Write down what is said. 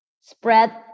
spread